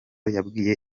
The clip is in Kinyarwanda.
yabwiye